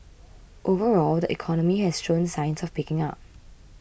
overall the economy has shown signs of picking up